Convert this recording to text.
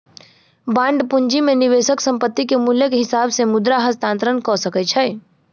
bond पूंजी में निवेशक संपत्ति के मूल्यक हिसाब से मुद्रा हस्तांतरण कअ सकै छै